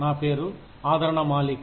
నా పేరు ఆదరణ మాలిక్